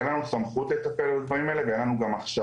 אין לנו סמכות לטפל בדברים האלה וגם אין לנו הכשרה,